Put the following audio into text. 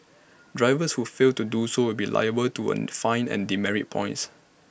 drivers who fail to do so will be liable to an fine and demerit points